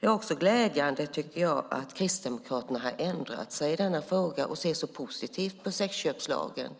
Det är också glädjande, tycker jag, att Kristdemokraterna har ändrat sig i denna fråga och ser positivt på sexköpslagen.